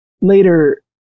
later